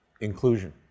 Inclusion